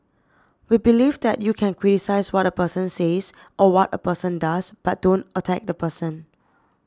we believe that you can criticise what a person says or what a person does but don't attack the person